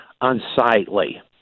unsightly